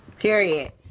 Period